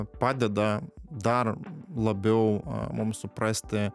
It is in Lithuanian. padeda dar labiau a mum suprasti